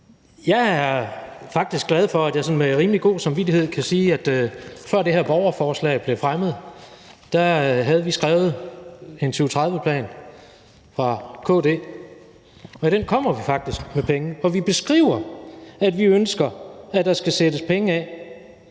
Jeg er faktisk glad for, at jeg med sådan rimelig god samvittighed kan sige, at før det her borgerforslag blev stillet, havde vi i KD skrevet en 2030-plan, og i den kommer vi faktisk med penge, for vi beskriver, at vi ønsker, at der skal sættes penge af